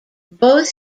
both